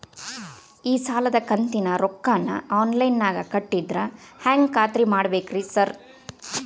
ಈ ಸಾಲದ ಕಂತಿನ ರೊಕ್ಕನಾ ಆನ್ಲೈನ್ ನಾಗ ಕಟ್ಟಿದ್ರ ಹೆಂಗ್ ಖಾತ್ರಿ ಮಾಡ್ಬೇಕ್ರಿ ಸಾರ್?